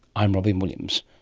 i'm robyn williams